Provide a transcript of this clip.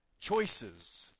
choices